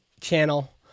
channel